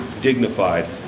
dignified